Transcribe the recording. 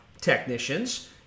technicians